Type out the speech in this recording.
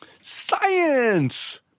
Science